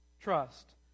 trust